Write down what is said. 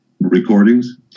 recordings